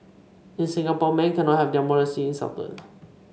in Singapore men cannot have their modesty insulted